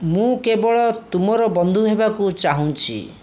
ମୁଁ କେବଳ ତୁମର ବନ୍ଧୁ ହେବାକୁ ଚାହୁଁଛି